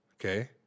okay